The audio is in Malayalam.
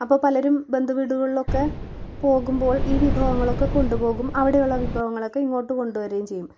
അപ്പോൾ പലരും ബന്ധുവീടുകളിലൊക്കെ പോകുമ്പോൾ ഈ വിഭവങ്ങളൊക്കെ കൊണ്ട് പോകും അവിടെ ഉള്ള വിഭവങ്ങളൊക്കെ ഇങ്ങോട്ട് കൊണ്ട് വരുകയും ചെയ്യും